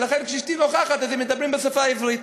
ולכן כשאשתי נוכחת הם מדברים בשפה העברית,